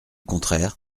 contraire